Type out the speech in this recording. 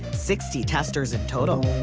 sixty testers in total.